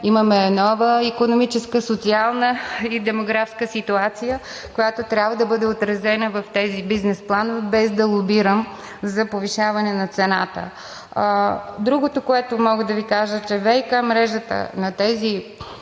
Имаме нова икономическа, социална и демографска ситуация, която трябва да бъде отразена в тези бизнес планове, без да лобирам за повишаване на цената. Другото, което мога да Ви кажа, е, че ВиК мрежата на тези